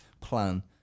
plan